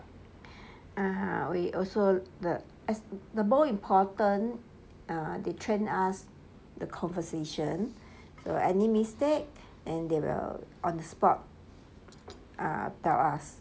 ah we also the more important err they train us the conversation so any mistake then they will on the spot err tell us